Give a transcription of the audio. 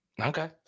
Okay